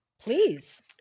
Please